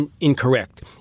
incorrect